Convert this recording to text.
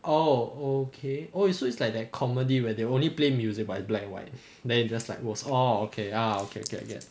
oh okay oh it's so it's like that comedy where they only play music but black white then you just like was all okay ah okay okay